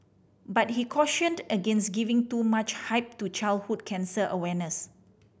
but he cautioned against giving too much hype to childhood cancer awareness